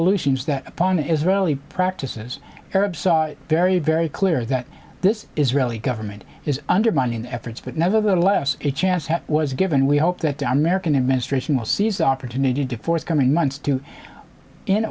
illusions that upon an israeli practices arab saw it very very clear that this israeli government is undermining efforts but nevertheless a chance that was given we hope that the american administration will seize the opportunity to force coming months to in